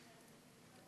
ההצעה להעביר את